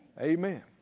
amen